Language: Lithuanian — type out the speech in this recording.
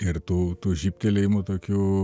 ir tų tų žybtelėjimų tokių